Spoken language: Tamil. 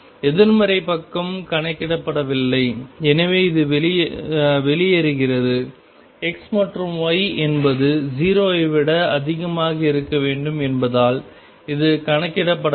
எதிர்மறை பக்கம் கணக்கிடப்படவில்லை எனவே இது வெளியேறியது X மற்றும் Y என்பது 0 ஐ விட அதிகமாக இருக்க வேண்டும் என்பதால் இது கணக்கிடப்படவில்லை